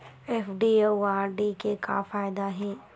FD अउ RD के का फायदा हे?